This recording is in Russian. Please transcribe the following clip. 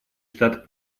штат